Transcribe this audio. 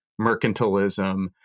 mercantilism